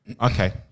Okay